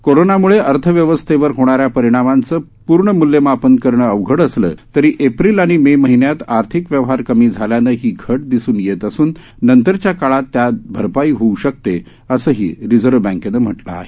कोरोनामुळे अर्थव्यवस्थेवर होणाऱ्या परिणामांचे पूर्ण मूल्यमापन करणं अवघड असलं तरी एप्रिल आणि मे महिन्यात आर्थिक व्यवहार कमी झाल्यानं ही घट दिसून येत असून नंतरच्या काळात त्यात भरपाई होऊ शकते असंही रिझर्व बँकेनं म्हटलं आहे